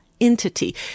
entity